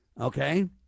Okay